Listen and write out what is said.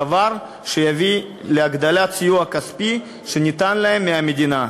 דבר שיביא להגדלת הסיוע הכספי שניתן להם מהמדינה.